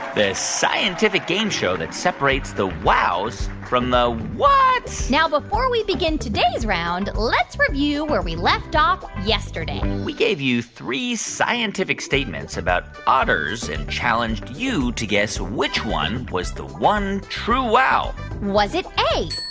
this scientific game show that separates the wows from the whats now, before we begin today's round, let's review where we left off yesterday we gave you three scientific statements about otters and challenged you to guess which one was the one true wow was it a,